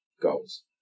goals